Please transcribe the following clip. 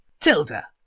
Tilda